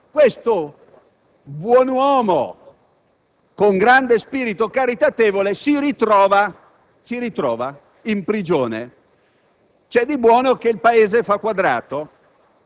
Il contadino, stimolato dal prete di campagna, decide di farlo lavorare alle proprie dipendenze per fargli guadagnare un tozzo di pane.